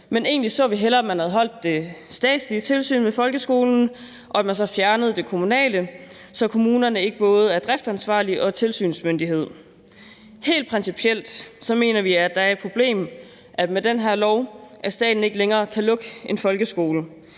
Men egentlig så vi hellere, at man havde beholdt det statslige tilsyn med folkeskolen og så havde fjernet det kommunale, så kommunerne ikke både er driftansvarlig og tilsynsmyndighed. Helt principielt mener vi, at det er et problem ved den her lov, at staten ikke længere kan lukke en folkeskole.